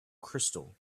crystal